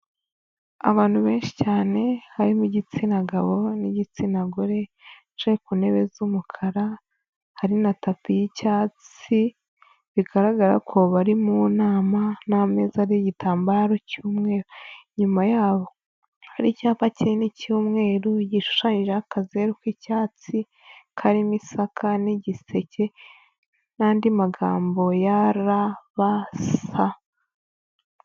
Abantu benshi cyane, harimo igitsina gabo n'igitsina gore, bicaye ku ntebe z'umukara, hari na tapi y'icyatsi, bigaragara ko bari mu nama n'ameza ariho igitambaro cy'umweru, inyuma yabo hari icyapa kinini cy'umweru gishushanyijeho akazeru k'icyatsi karimo isaka n'igiseke n'andi magambo ya RBC.